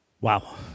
Wow